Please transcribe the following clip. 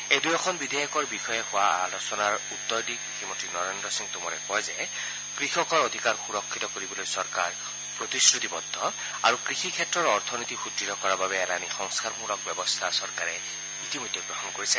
এই দুয়োখন বিধেয়কৰ বিষয়ে হোৱা আলোচনাৰ পাচত উত্তৰ দি কৃষি মন্ত্ৰী নৰেন্দ্ৰ সিং টৌমৰে কয় যে কৃষকৰ অধিকাৰ সুৰক্ষিত কৰিবলৈ চৰকাৰ প্ৰতিশ্ৰুতিবদ্ধ আৰু কৃষি ক্ষেত্ৰৰ অথনীতি সূদঢ় কৰাৰ বাবে এলানি সংস্থাৰ মূলক ব্যৱস্থা গ্ৰহণ কৰিছে